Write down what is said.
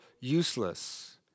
useless